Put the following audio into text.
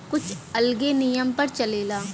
कुछ अलगे नियम पर चलेला